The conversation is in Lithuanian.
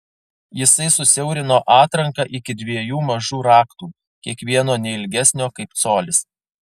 jisai susiaurino atranką iki dviejų mažų raktų kiekvieno ne ilgesnio kaip colis